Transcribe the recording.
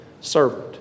servant